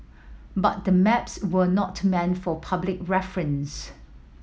but the maps were not meant for public reference